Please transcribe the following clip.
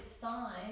sign